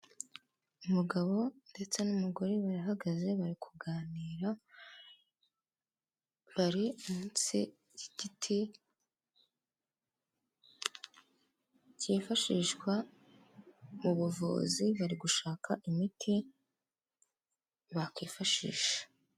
Umugabo ndetse n'umugore barahagaze, bari kuganira, bari munsi y'igiti cyifashishwa mu buvuzi, bari gushaka imiti bakifashisha.